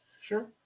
Sure